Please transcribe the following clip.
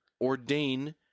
ordain